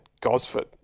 Gosford